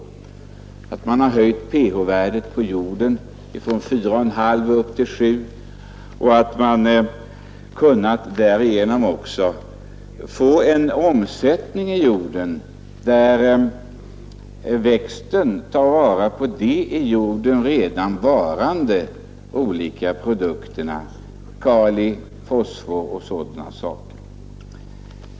Man har höjt pH-värdet i jorden från 4,5 upp till 7, och man har därigenom också kunnat få en omsättning i jorden så att växten tar vara på de olika produkter som redan finns i jorden — kali, fosfor och annat.